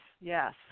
yes